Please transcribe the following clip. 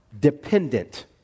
dependent